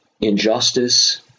injustice